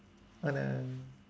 oh no